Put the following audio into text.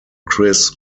chris